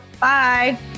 Bye